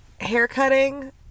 haircutting